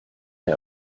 der